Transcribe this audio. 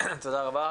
תודה רבה.